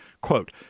Quote